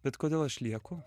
bet kodėl aš lieku